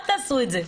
אל תעשו את זה.